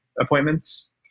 appointments